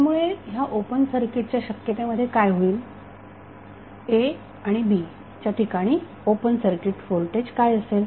त्यामुळे ह्या ओपन सर्किटच्या शक्यते मध्ये काय होईल a आणि b च्या ठिकाणी ओपन सर्किट व्होल्टेज काय असेल